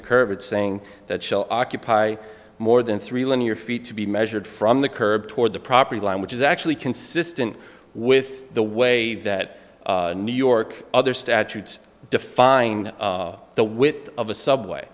the curb and saying that shall occupy more than three linear feet to be measured from the curb toward the property line which is actually consistent with the way that new york other statutes define the width of a subway